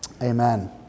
Amen